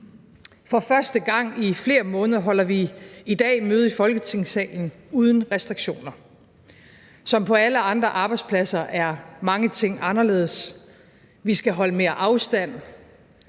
For første gang i flere måneder holder vi i dag møde i Folketingssalen uden restriktioner. Som på alle andre arbejdspladser er mange ting anderledes. Vi skal holde mere afstand